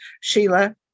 Sheila